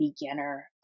beginner